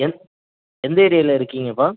எந்த எந்த ஏரியாவில் இருக்கீங்கப்பா